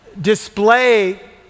display